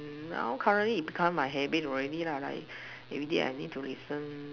mm now currently it become my habit already lah like everyday I need to listen